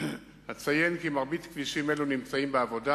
אציין כי מרבית כבישים אלו נמצאים בעבודה